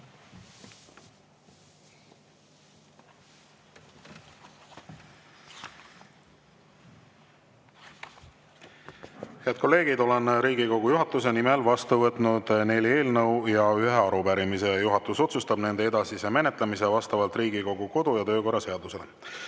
Head kolleegid, olen Riigikogu juhatuse nimel vastu võtnud neli eelnõu ja ühe arupärimise. Juhatus otsustab nende edasise menetlemise vastavalt Riigikogu kodu- ja töökorra seadusele. Asume